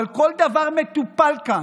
אבל כל דבר מטופל כאן,